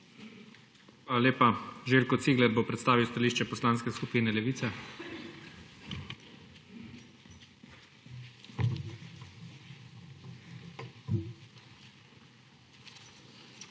Hvala lepa. Željko Cigler bo predstavil stališče Poslanske skupine Levica.